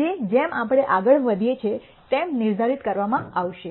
જે જેમ આપણે આગળ વધીએ છીએ તેમ નિર્ધારિત કરવામાં આવશે